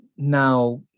now